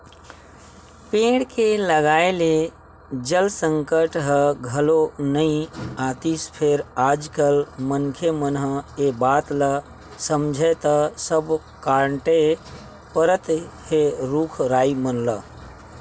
पेड़ के लगाए ले जल संकट ह घलो नइ आतिस फेर आज कल मनखे मन ह ए बात ल समझय त सब कांटे परत हे रुख राई मन ल